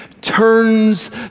turns